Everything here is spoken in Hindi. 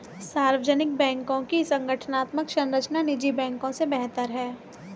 सार्वजनिक बैंकों की संगठनात्मक संरचना निजी बैंकों से बेहतर है